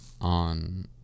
on